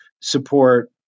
support